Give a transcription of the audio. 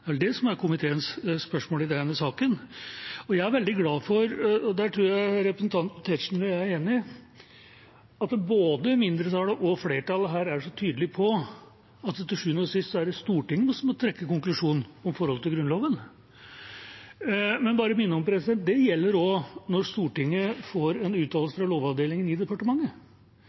er vel det som er komiteens spørsmål i denne saken. Jeg er veldig glad for, og der tror jeg representanten Tetzschner og jeg er enige, at både mindretallet og flertallet her er så tydelige på at det til sjuende og sist er Stortinget som må trekke konklusjonen om forholdet til Grunnloven. Jeg vil bare minne om at det også gjelder når Stortinget får en uttalelse fra lovavdelingen i departementet.